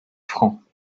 francs